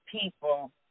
people